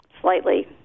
slightly